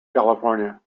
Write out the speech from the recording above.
california